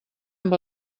amb